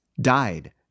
died